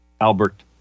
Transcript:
Albert